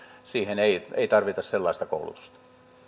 siihen ei ei tarvita sellaista koulutusta kiitos